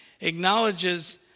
acknowledges